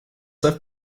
i’ve